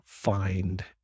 find